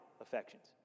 affections